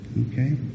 Okay